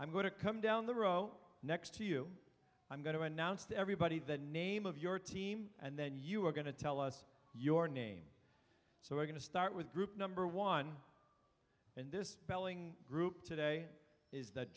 i'm going to come down the row next to you i'm going to announce to everybody the name of your team and then you're going to tell us your name so we're going to start with group number one and this spelling group today is that